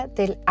del